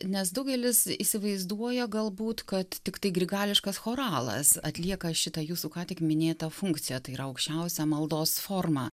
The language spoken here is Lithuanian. nes daugelis įsivaizduoja galbūt kad tiktai grigališkas choralas atlieka šitą jūsų ką tik minėtą funkciją tai yra aukščiausia maldos forma